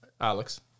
Alex